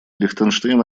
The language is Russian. лихтенштейн